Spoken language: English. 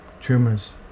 tumors